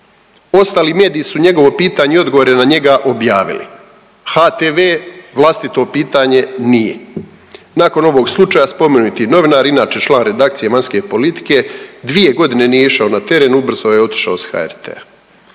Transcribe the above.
Ostali mediji su njegovo pitanje i odgovore na njega objavili. HTV vlastito pitanje nije. Nakon ovog slučaja spomenuti novinar inače član redakcije vanjske politike dvije godine nije išao na teren, ubrzo je otišao sa HRT-a.